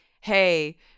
Hey